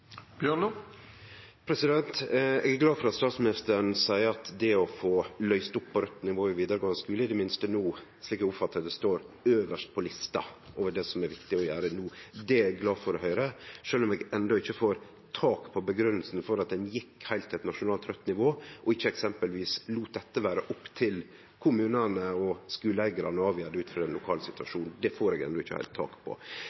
Eg er glad for at statsministeren seier at det å få løyst opp på raudt nivå på vidaregåande skule, i det minste slik eg oppfattar det, står øvst på lista over det som er viktig å gjere no. Det er eg glad for å høyre, sjølv om eg enno ikkje får tak på grunngjevinga for at ein gjekk heilt til eit nasjonalt raudt nivå, og ikkje eksempelvis lét det vere opp til kommunane og skuleeigarane å avgjere dette ut frå den lokale situasjonen. Det får eg enno ikkje heilt tak på.